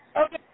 Okay